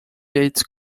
yates